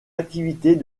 activités